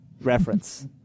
reference